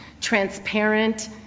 transparent